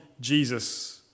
Jesus